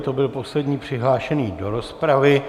To byl poslední přihlášený do rozpravy.